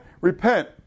repent